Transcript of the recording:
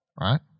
right